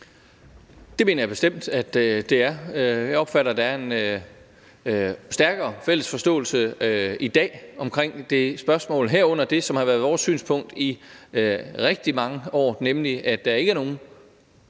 Det mener jeg bestemt det er. Jeg opfatter, at der er en stærkere fælles forståelse i dag omkring det spørgsmål, herunder det, som har været vores synspunkt i rigtig mange år, nemlig at der ikke er nogen